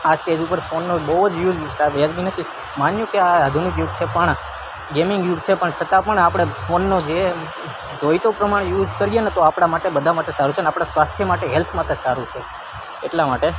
આ સ્ટેજ ઉપર ફોનનો બહુ જ યુસ વ્યાજબી નથી માન્યું કે આ આધુનિક યુગ છે પણ ગેમિંગ યુગ છે પણ આપણે ફોનનો જે જોઈતો પ્રમાણ યુસ કરીએને તો આપણા માટે બધા માટે સારું છે ને આપણા સ્વાસ્થ્ય માટે હેલ્થ માટે સારું છે એટલા માટે